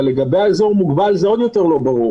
אבל לגבי האזור מוגבל זה עוד יותר לא ברור